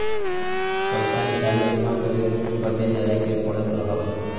पइसा निकाले जमा करे बदे जाए के पड़त रहल